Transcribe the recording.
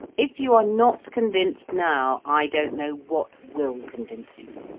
if you are not convinced now, i don't know what will convince you.